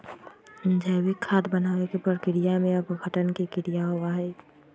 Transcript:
जैविक खाद बनावे के प्रक्रिया में अपघटन के क्रिया होबा हई